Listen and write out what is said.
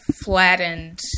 flattened